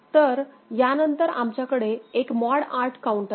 तर यानंतर आमच्याकडे एक मॉड 8 काउंटर आहे